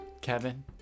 Kevin